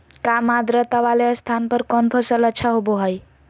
काम आद्रता वाले स्थान पर कौन फसल अच्छा होबो हाई?